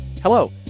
Hello